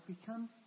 become